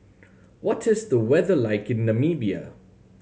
what is the weather like in Namibia